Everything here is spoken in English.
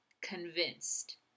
convinced